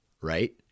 right